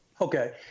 Okay